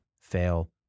fail